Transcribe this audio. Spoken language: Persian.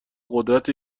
قدرت